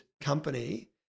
company